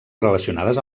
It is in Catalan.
relacionades